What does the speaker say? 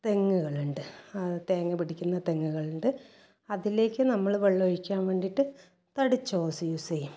തെങ്ങുകളുണ്ട് തേങ്ങ പിടിക്കുന്ന തെങ്ങുകളുണ്ട് അതിലേക്ക് നമ്മൾ വെള്ളം ഒഴിക്കാൻ വേണ്ടിയിട്ട് തടിച്ച ഓസ് യൂസ് ചെയ്യും